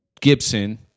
Gibson